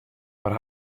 mar